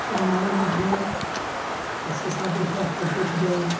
फिर हमारे मित्र ने उसके साथ एक फ़ोटो खिँचाया